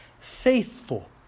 Faithful